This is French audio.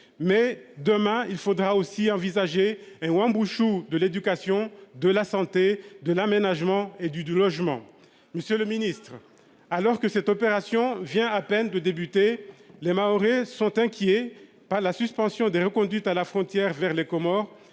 mais demain il faudra aussi envisager et Wambushu de l'éducation de la santé, de l'Aménagement et du logement. Monsieur le Ministre, alors que cette opération vient à peine de débuter les Mahorais sont inquiets. Pas la suspension des reconduites à la frontière vers les Comores